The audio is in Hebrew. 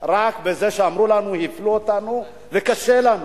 רק בזה שאומרים "הפלו אותנו" ו"קשה לנו".